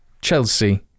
Chelsea